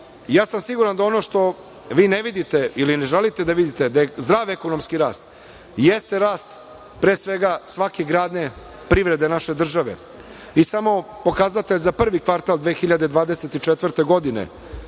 sam da ono što vi ne vidite, ili ne želite da vidite, da zdrav ekonomski rast jeste rast pre svega svake grane privrede naše države i samo pokazatelj za prvi kvartal 2024. godine